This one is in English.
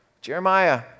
Jeremiah